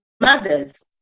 mothers